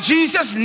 Jesus